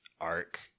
arc